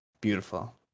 beautiful